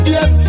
Yes